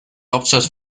hauptstadt